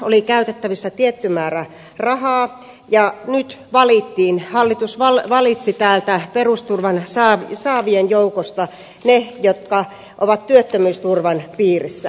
oli käytettävissä tietty määrä rahaa ja nyt hallitus valitsi täältä perusturvan saavien joukosta ne jotka ovat työttömyysturvan piirissä